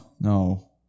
No